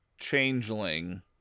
Changeling